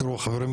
תראו חברים,